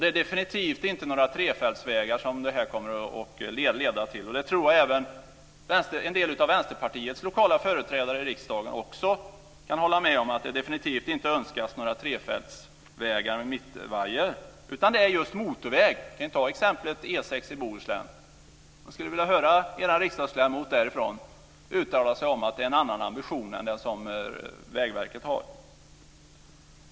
Det är definitivt inte trefältsvägar som det här kommer att leda till. Även en del av Vänsterpartiets lokala företrädare i riksdagen kan nog hålla med om att det definitivt inte önskas några trefältsvägar med mittvajer, utan det är just motorväg som det handlar om. Jag kan som exempel nämna E 6:an i Bohuslän. Jag skulle vilja höra er riksdagsledamot därifrån uttala sig om att det i det avseendet är en annan ambition än den som Vägverket har.